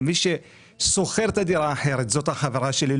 ומי ששוכר את הדירה האחרת זו החברה שלי,